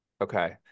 Okay